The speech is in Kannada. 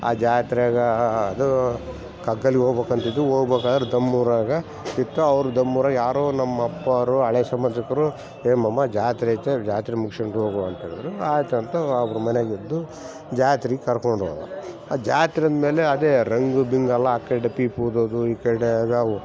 ಆ ಜಾತ್ರೆಯಾಗ ಅದು ಕಗ್ಗಲಿ ಹೋಗ್ಬೇಕಂತ್ ಇದ್ದು ಹೋಗ್ಬೇಕಾರ್ ದಮ್ಮೂರಾಗ ಸಿಗ್ತು ಅವ್ರು ದಮ್ಮೂರಾಗ ಯಾರು ನಮ್ಮ ಅಪ್ಪೋರು ಹಳೆ ಸಂಬಂಧಿಕ್ರು ಹೇ ಮಾಮ ಜಾತ್ರೆ ಆಯ್ತೆ ಜಾತ್ರೆ ಮುಗಿಸ್ಕೊಂಡ್ ಹೋಗುವಾ ಅಂತ ಹೇಳಿದ್ರು ಆಯಿತಾ ಅಂತ ಅವ್ರ ಮನೇಗೆ ಇದ್ದು ಜಾತ್ರೆಗೆ ಕರ್ಕೊಂಡು ಹೋದ ಆ ಜಾತ್ರೆ ಅಂದಮೇಲೆ ಅದೇ ರಂಗು ಬಿಂಗು ಎಲ್ಲ ಆ ಕಡೆ ಪೀಪಿ ಉದೋದು ಈ ಕಡೆ ಅದಾವು